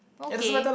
okay